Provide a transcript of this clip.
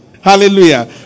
Hallelujah